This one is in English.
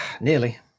Nearly